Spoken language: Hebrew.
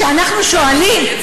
וכשאנחנו שואלים,